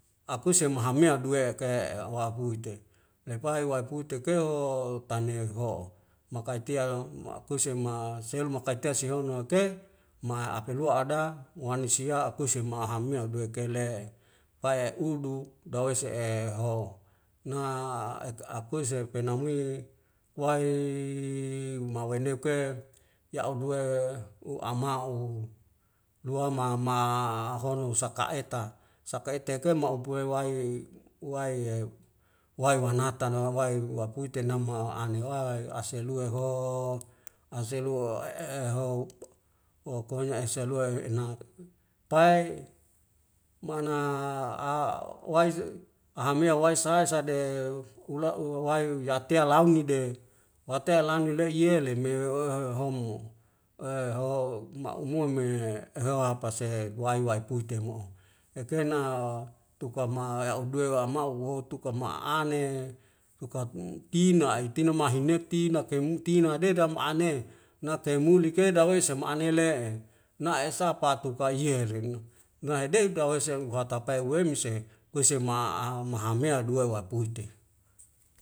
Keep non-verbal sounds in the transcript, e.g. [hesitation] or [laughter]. Akuse mahamea duwe ke'e wahuite lepai waikutekeo o tane heho makaitiak ma akuse ma selmakaite sehono ake ma apelua ada wanisia akusi maha meo duwe kaile pae udu dawese e ho. na ek akuse pena muik waei maweneuke ya'uduwe u ama'u lua ma ma hono saka' eta saka' eta tehetuan maumpue wahyu'i uwae e wae manatan nanawai waipute nama a'ane wae aselua hoooo aselua e e e ho pokonya eselua enat pai mana a [hesitation] hamea waisa rasade ula uwawai yatea launide wate lanuilo'e yele meu ooohomo e ho ma'umua me hewapase wai wai puti mo'o ekena tuka ma ya'uduwe wa mau u'wotu kama ane sukat tina e tina mahenepti na kai muti nadedam ane nakaimule ke dawei sama ane le'e na esapatuka kai heren nai de'ut wawa seng uhatapae uwemi sehe kuesema a a mahamea dua waepuete